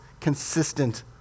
consistent